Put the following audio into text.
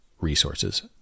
resources